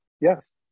yes